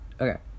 Okay